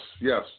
yes